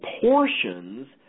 portions